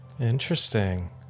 Interesting